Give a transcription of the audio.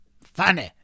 Funny